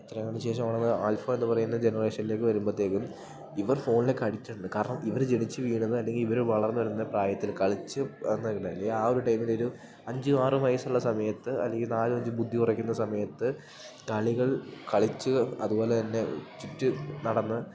എത്രേന് ശേഷമാണത് ആൽഫാന്ന് പറയുന്ന ജെനറേഷനിലേക്ക് വരുമ്പത്തേക്കും ഇവർ ഫോണിലേക്കടിക്റ്റഡാണ് കാരണം ഇവര് ജെനിച്ച് വീണത് അല്ലെങ്കി ഇവര് വളർന്ന് വരുന്ന പ്രായത്തിൽ കളിച്ച് ഇല്ലെങ്കി ആ ഒരു ടൈമിലൊരു അഞ്ചും ആറും വയസ്സുള്ള സമയത്ത് അല്ലങ്കി നാലും അഞ്ചും ബുദ്ധി ഒറക്കുന്ന സമയത്ത് കളികൾ കളിച്ച് അതുപോലെതന്നെ ചുറ്റി നടന്ന്